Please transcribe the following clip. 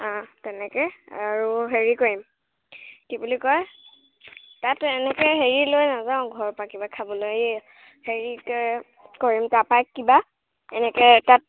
তেনেকে আৰু হেৰি কৰিম কি বুলি কয় তাত এনেকে হেৰি লৈ নাযাওঁ ঘৰৰ পৰা কিবা খাবলৈ হেৰি কি কৰিম তাৰ পৰাই কিবা এনেকে তাত